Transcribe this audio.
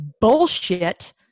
bullshit